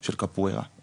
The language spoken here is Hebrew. של קפוארה,